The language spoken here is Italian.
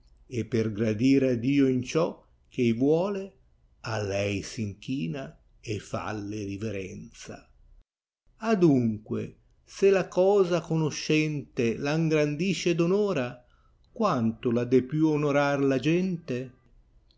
e per gradire a dio inscio ch ei vuole a lei a inchina e falle riverenza adunque se la cosa conoscente la ingrandisce ed onora quanto la de più onorar la gente